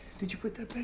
did you put that